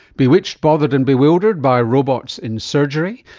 bewitched, bothered and bewildered by robots in surgery.